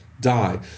die